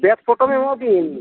ᱪᱮᱫ ᱯᱚᱴᱚᱢ ᱮᱢᱚᱜ ᱵᱤᱱ